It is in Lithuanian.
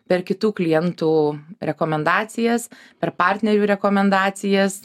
per kitų klientų rekomendacijas per partnerių rekomendacijas